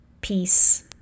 peace